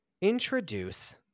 introduce